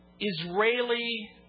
Israeli